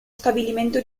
stabilimento